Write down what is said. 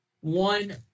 One